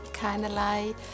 keinerlei